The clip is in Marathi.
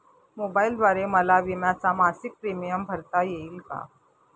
मोबाईलद्वारे मला विम्याचा मासिक प्रीमियम भरता येईल का?